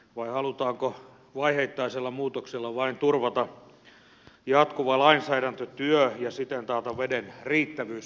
vai halutaanko vaiheittaisella muutoksella vain turvata jatkuva lainsäädäntötyö ja siten taata veden riittävyys byrokratiamyllyssä